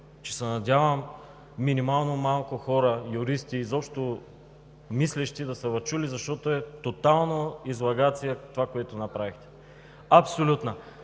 че се надявам минимално малко хора, юристи и изобщо мислещи да са Ви чули, защото е тотална излагация това, което направихте. Абсолютна!